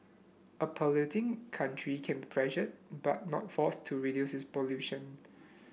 a polluting country can pressured but not forced to reduce its pollution